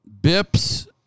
Bips